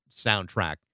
soundtrack